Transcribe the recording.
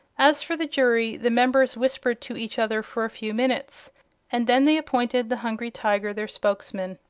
as for the jury, the members whispered to each other for a few minutes and then they appointed the hungry tiger their spokesman.